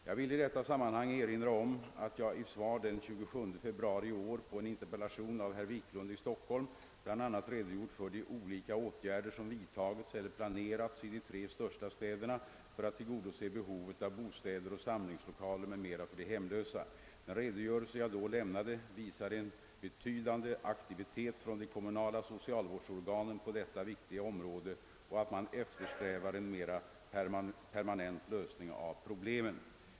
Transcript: Jag vill i detta sammanhang erinra om att jag i svar den 27 februari i år på en interpellation av herr Wiklund i Stockholm bl.a. redogjort för de olika åtgärder som vidtagits eller planerats i de tre största städerna för att tillgodose behovet av bostäder och samlingslokaler m.m. för de hemlösa. Den redogörelse jag då lämnade visar att det förekommer en betydande aktivitet från de kommunala socialvårdsorganen på detta viktiga område och att man eftersträvar en mera permanent lösning av problemen.